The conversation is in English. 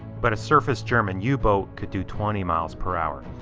but a surfaced german yeah u-boat could do twenty miles per hour.